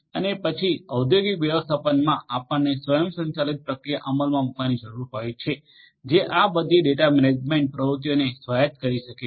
અને પછી ઔદ્યોગિક વ્યવસ્થાપનમા આપણને સ્વચાલિત પ્રક્રિયા અમલમાં મૂકવાની જરૂર હોય છે જે આ બધી ડેટા મેનેજમેન્ટ પ્રવૃત્તિઓને સ્વાયત્ત રીતે કરી શકે છે